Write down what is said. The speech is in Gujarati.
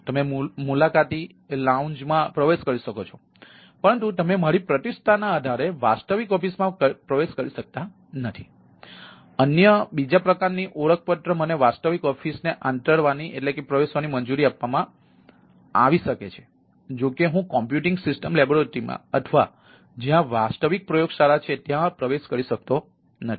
અને પછી મારી પ્રતિષ્ઠામાં અથવા જ્યાં વાસ્તવિક પ્રયોગશાળાઓ છે ત્યાં પ્રવેશ કરી શકતો નથી